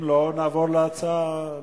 אם לא, נעבור להצבעה.